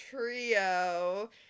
trio